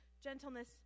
gentleness